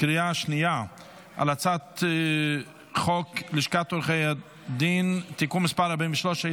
השנייה על הצעת חוק לשכת עורכי הדין (תיקון מס' 43),